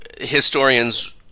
Historians